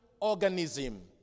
organism